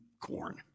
corn